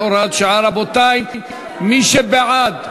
התשע"ד 2014,